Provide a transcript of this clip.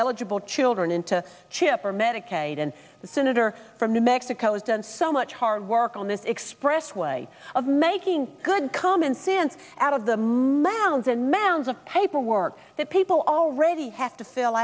eligible to older and into chipper medicaid and the senator from new mexico has done so much hard work on this expressed way of making good common sense out of the mounds and mounds of paperwork that people already have to fill